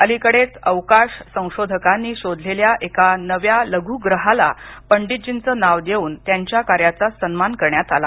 अलीकडेच अवकाश संशोधकांनी शोधलेल्या एका नव्या लघु ग्रहाला पंडितजींच नाव देऊन त्यांच्या कार्याचा सन्मान करण्यात आला